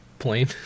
plane